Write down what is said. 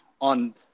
on